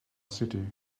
city